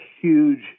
huge